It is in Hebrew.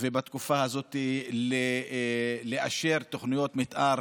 ובתקופה הזאת לאשר תוכניות מתאר